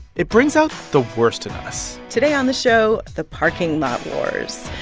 it brings out the worst in us today on the show, the parking lot wars.